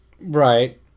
Right